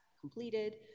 completed